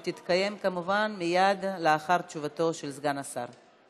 והיא תתקיים כמובן מייד לאחר תשובתו של סגן השר.